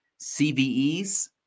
CVEs